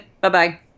Bye-bye